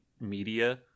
media